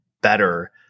better